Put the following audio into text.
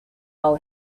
now